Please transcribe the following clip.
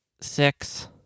six